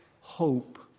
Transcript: hope